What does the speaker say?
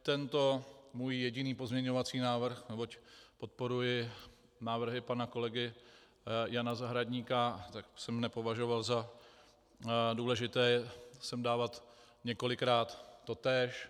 Tento můj jediný pozměňovací návrh neboť podporuji návrhy pana kolegy Jana Zahradníka, tak jsem nepovažoval za důležité sem dávat několikrát totéž.